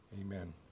amen